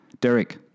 Derek